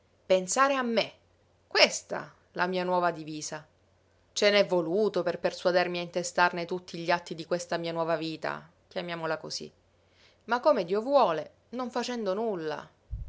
pensare a me questa la mia nuova divisa ce n'è voluto per persuadermi a intestarne tutti gli atti di questa mia nuova vita chiamiamola cosí ma come dio vuole non facendo nulla